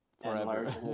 forever